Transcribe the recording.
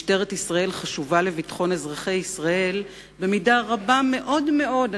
משטרת ישראל חשובה לביטחון אזרחי ישראל במידה רבה מאוד מאוד,